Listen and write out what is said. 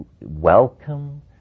welcome